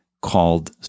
called